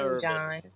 John